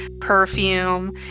Perfume